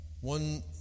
One